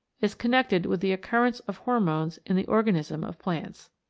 is con nected with the occurrence of hormones in the organism of plants.